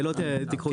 ולא תיקחו את הזמן.